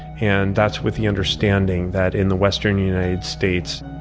and that's with the understanding that in the western united states,